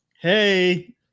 hey